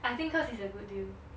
I think cause it's a good deal ya